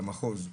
למחוז,